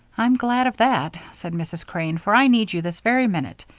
i'm glad of that, said mrs. crane, for i need you this very minute.